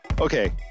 Okay